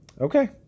okay